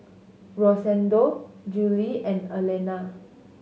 Rosendo Jule and Allena